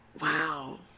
Wow